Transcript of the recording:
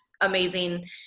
amazing